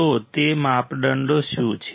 તો તે માપદંડો શું છે